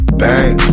bang